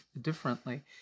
differently